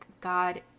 god